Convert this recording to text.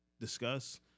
discuss